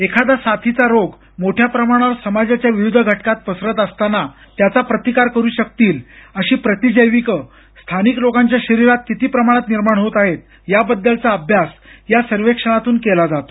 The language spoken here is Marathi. एखादा साथीचा रोग मोठ्या प्रमाणावर समाजाच्या विविध घटकात पसरत असताना त्याचा प्रतिकार करू शकतील अशी प्रतिजैविक स्थानिक लोकांच्या शरीरात किती प्रमाणात निर्माण होत आहेत याबद्दलचा अभ्यास या सर्वेक्षणातून केला जातो